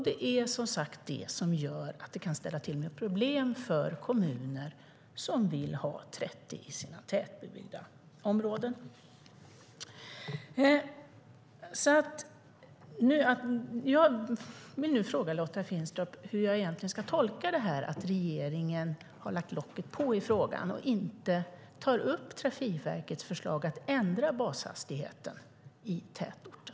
Det är som sagt detta som kan ställa till problem för kommuner som vill ha 30 i sina tätbebyggda områden. Jag vill fråga Lotta Finstorp hur jag egentligen ska tolka detta att regeringen har lagt locket på i frågan och inte tar upp Trafikverkets förslag att ändra bashastigheten i tätort.